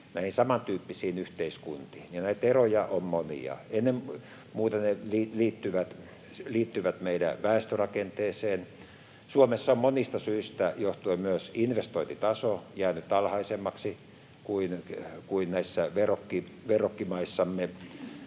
näihin samantyyppisiin yhteiskuntiin, ja näitä eroja on monia. Ennen muuta ne liittyvät meidän väestörakenteeseen. Suomessa on monista syistä johtuen myös investointitaso jäänyt alhaisemmaksi kuin näissä verrokkimaissamme.